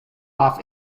off